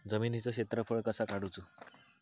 जमिनीचो क्षेत्रफळ कसा काढुचा?